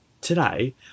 Today